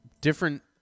different